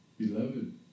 Beloved